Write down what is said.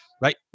right